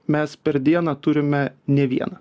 mes per dieną turime ne vieną